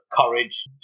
courage